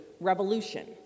revolution